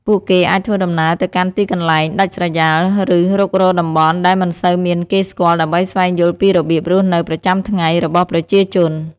ពួកគេអាចធ្វើដំណើរទៅកាន់ទីកន្លែងដាច់ស្រយាលឬរុករកតំបន់ដែលមិនសូវមានគេស្គាល់ដើម្បីស្វែងយល់ពីរបៀបរស់នៅប្រចាំថ្ងៃរបស់ប្រជាជន។